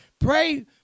Pray